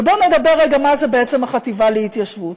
ובואו נדבר רגע מה זאת בעצם החטיבה להתיישבות.